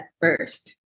first